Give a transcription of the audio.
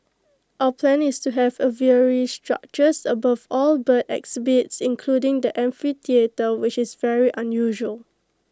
our plan is to have aviary structures above all the bird exhibits including the amphitheatre which is very unusual